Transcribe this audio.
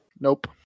Nope